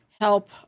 help